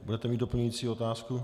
Budete mít doplňující otázku?